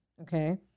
Okay